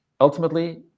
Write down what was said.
ultimately